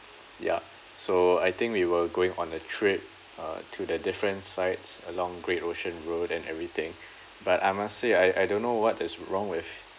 ya so I think we were going on a trip uh to the different sites along great ocean road and everything but I must say I I don't know what is wrong with